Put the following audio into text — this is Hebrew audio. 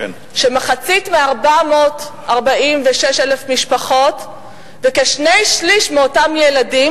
שמחצית מ-446,000 משפחות וכשני-שלישים מאותם ילדים,